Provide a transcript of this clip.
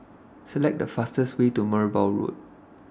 Select The fastest Way to Merbau Road